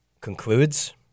concludes